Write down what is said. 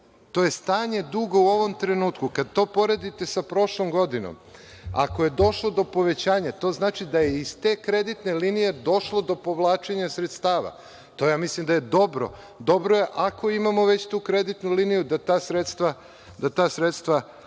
To je stanje duga u ovom trenutku. Kada to poredite sa prošlom godinom, ako je došlo do povećanja, to znači da je iz te kreditne linije došlo do povlačenja sredstava. Ja mislim da je to dobro. Dobro je ako imamo već tu kreditnu liniju da ta sredstva